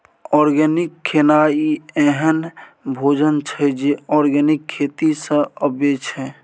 organic खेनाइ एहन भोजन छै जे आर्गेनिक खेती सँ अबै छै